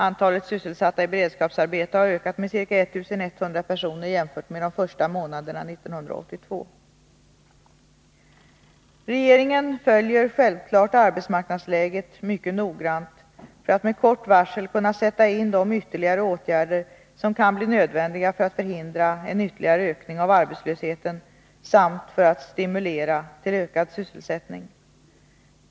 Antalet sysselsatta i beredskapsarbete har ökat med ca 1100 personer jämfört med de första månaderna 1982. Regeringen följer självfallet arbetsmarknadsläget mycket noggrant för att med kort varsel kunna sätta in de åtgärder som kan bli nödvändiga för att förhindra en ytterligare ökning av arbetslösheten samt för att stimulera till ökad sysselsättning.